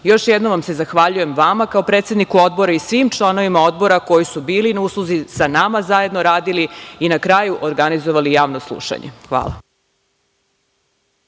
jednom se zahvaljujem vama kao predsedniku Odbora i svim članovima Odbora koji su bili na usluzi, sa nama zajedno radili i na kraju organizovali Javno slušanje. Hvala.